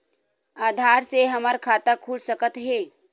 आधार से हमर खाता खुल सकत हे?